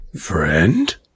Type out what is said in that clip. Friend